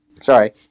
Sorry